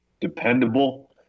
Dependable